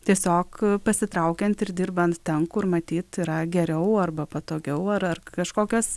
tiesiog pasitraukiant ir dirbant ten kur matyt yra geriau arba patogiau ar ar kažkokios